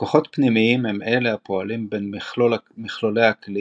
כוחות פנימיים הם אלה הפועלים בין מכלולי הכלי